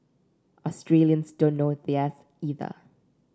Australians don't know theirs either